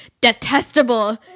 detestable